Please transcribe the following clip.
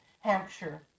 Hampshire